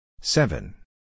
Seven